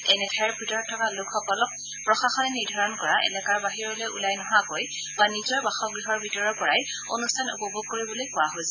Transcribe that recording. এনে ঠাইৰ ভিতৰত থকা লোকসকলক প্ৰশাসনে নিৰ্ধাৰণ কৰা এলেকাৰ বাহিৰলৈ ওলাই নহাকৈ বা নিজৰ বাসগ্হৰ ভিতৰৰ পৰাই অনুষ্ঠান উপভোগ কৰিবলৈ কোৱা হৈছে